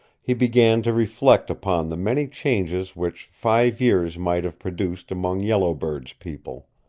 he began to reflect upon the many changes which five years might have produced among yellow bird's people.